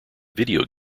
video